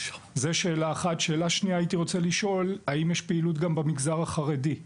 שאלה שנייה, האם יש פעילות גם במגזר החרדי?